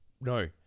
no